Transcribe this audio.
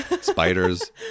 spiders